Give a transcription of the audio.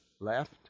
left